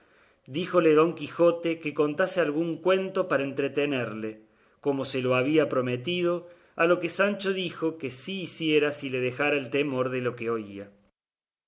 díjole don quijote que contase algún cuento para entretenerle como se lo había prometido a lo que sancho dijo que sí hiciera si le dejara el temor de lo que oía